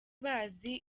bazi